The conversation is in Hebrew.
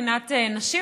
מבחינת נשים.